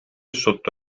sotto